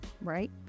right